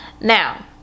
now